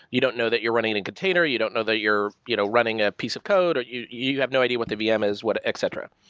you don't know that you're running a and container. you don't know that you're you know running a piece of code, or you you have no idea what the vm is what, et cetera.